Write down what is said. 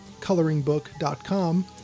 coloringbook.com